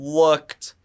looked